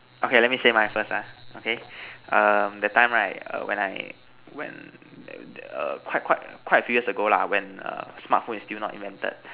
okay let me say mine first ah okay um that time right when I when err quite quite quite a few years ago lah when err smartphone is sill not invented